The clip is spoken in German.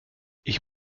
ich